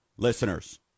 Listeners